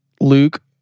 Luke